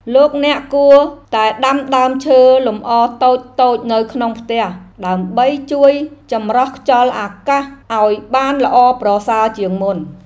លោកអ្នកគួរតែដាំដើមឈើលម្អតូចៗនៅក្នុងផ្ទះដើម្បីជួយចម្រោះខ្យល់អាកាសឱ្យបានល្អប្រសើរជាងមុន។